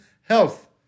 health